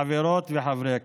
חברות וחברי הכנסת,